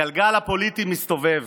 הגלגל הפוליטי מסתובב,